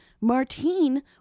Martine